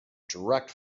direct